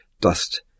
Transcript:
dust